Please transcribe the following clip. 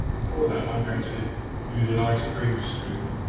and for that i'm going to use an ice cream scoop